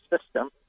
system